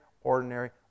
ordinary